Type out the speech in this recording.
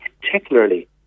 particularly